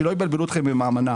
שלא יבלבלו אתכם עם האמנה.